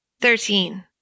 Thirteen